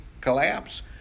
collapse